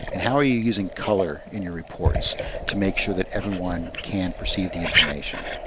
and how are you using color in your reports to make sure that everyone can perceive the information?